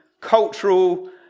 cultural